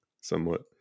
Somewhat